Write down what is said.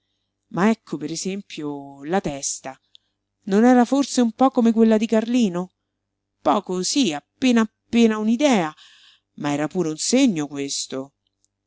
ma ecco per esempio la testa non era forse un po come quella di carlino poco sí appena appena un'idea ma era pure un segno questo